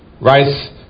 Rice